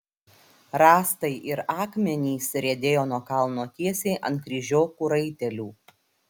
rąstai ir akmenys riedėjo nuo kalno tiesiai ant kryžiokų raitelių